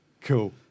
Cool